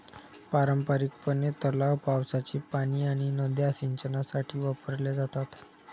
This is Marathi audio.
पारंपारिकपणे, तलाव, पावसाचे पाणी आणि नद्या सिंचनासाठी वापरल्या जातात